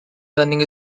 learning